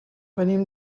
venim